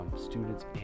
students